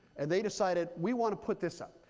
and they decided we want to put this up.